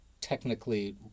technically